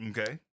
Okay